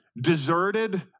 Deserted